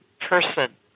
person